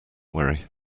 worry